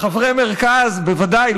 חברי מרכז, בוודאי.